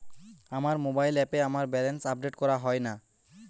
আমার মোবাইল অ্যাপে আমার ব্যালেন্স আপডেট করা হয় না